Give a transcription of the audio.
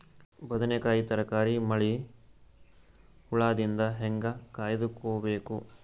ಬದನೆಕಾಯಿ ತರಕಾರಿ ಮಳಿ ಹುಳಾದಿಂದ ಹೇಂಗ ಕಾಯ್ದುಕೊಬೇಕು?